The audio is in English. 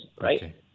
right